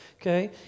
okay